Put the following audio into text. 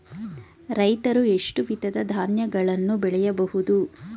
ರೈತರು ಎಷ್ಟು ವಿಧದ ಧಾನ್ಯಗಳನ್ನು ಬೆಳೆಯಬಹುದು?